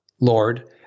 Lord